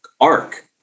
arc